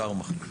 השר מחליט.